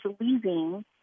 leaving